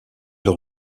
leur